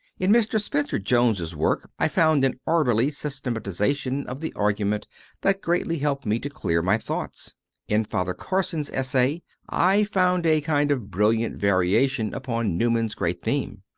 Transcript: in mr. spencer jones s work i found an orderly systematization of the argument that greatly helped me to clear my thoughts in father carson s essay i found a kind of brilliant variation upon newman s great theme.